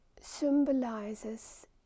symbolizes